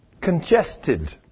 congested